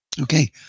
Okay